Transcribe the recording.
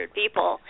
people